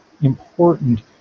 important